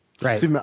Right